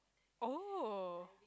oh